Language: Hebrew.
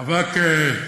זה דו-צדדי.